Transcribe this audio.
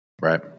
right